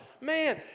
Man